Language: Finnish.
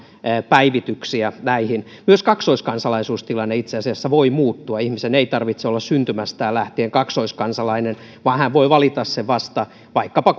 päivityksiä näihin myös kaksoiskansalaisuustilanne itse asiassa voi muuttua ihmisen ei tarvitse olla syntymästään lähtien kaksoiskansalainen vaan hän voi valita sen vasta vaikkapa